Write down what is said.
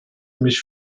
mich